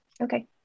Okay